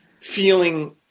feeling